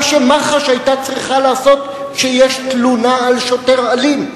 מה שמח"ש היתה צריכה לעשות כשיש תלונה על שוטר אלים.